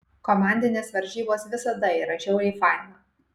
komandinės varžybos visada yra žiauriai faina